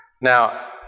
Now